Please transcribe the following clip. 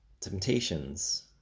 Temptations